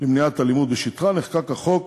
למניעת אלימות בשטחן, נחקק החוק